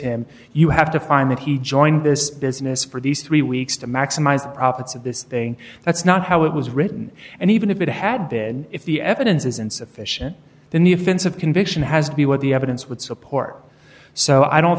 him you have to find that he joined this business for these three weeks to maximize profits of this thing that's not how it was written and even if it had been if the evidence is insufficient then the offense of conviction has to be what the evidence would support so i don't